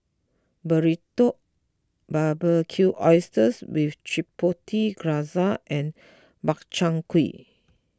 Burrito Barbecued Oysters with Chipotle Glaze and Makchang Gui